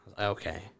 Okay